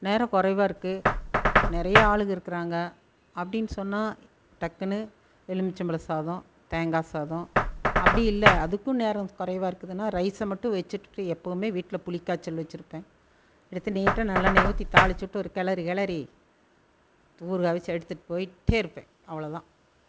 நேரம் குறைவா இருக்குது நிறைய ஆளுகள் இருக்கிறாங்க அப்படினு சொன்னால் டக்கெனு எலும்பிச்சம்பழம் சாதம் தேங்காய் சாதம் அப்படி இல்லை அதுக்கும் நேரம் குறைவாக இருக்குதுனால் ரைஸை மட்டும் வைச்சுட்டு எப்பவுமே வீட்டில் புளிக் காய்ச்சல் வைச்சுருப்பேன் எடுத்து நீட்டாக நல்லெண்ணையை ஊற்றி தாளித்து விட்டு ஒரு கிளறு கிளறி ஊறுகாய் வைச்சு எடுத்துகிட்டு போயிகிட்டே இருப்பேன் அவ்வளோ தான்